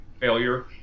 failure